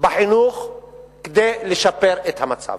לחינוך כדי לשפר את המצב.